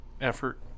effort